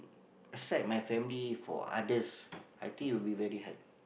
aside my family for others I think it will be very hard